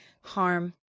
harm